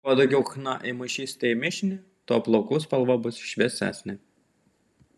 kuo daugiau chna įmaišysite į mišinį tuo plaukų spalva bus šviesesnė